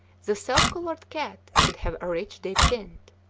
the self-colored cat should have a rich deep tint.